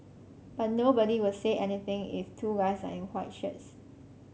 but nobody will say anything if two guys are in white shirts